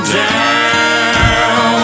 down